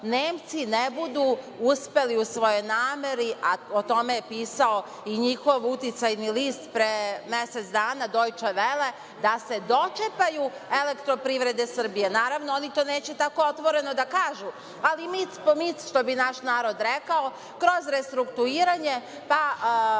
Nemci ne budu uspeli u svojoj nameri, a po tome je pisao i njihov uticajni list, pre mesec dana „Dojče vele“, da se dočepaju „Elektroprivrede Srbije“.Naravno, oni to neće otvoreno da kažu, ali mic po mic što bi, naš narod rekao kroz restrukturiranje to